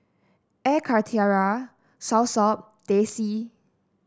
Air Karthira Soursop Teh C